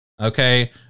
Okay